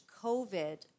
COVID